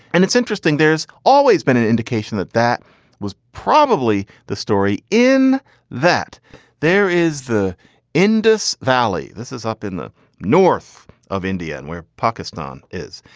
and it's interesting, there's always been an indication that that was probably the story in that there is the indus valley. this is up in the north of india and where pakistan is,